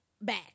back